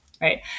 Right